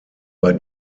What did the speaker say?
bei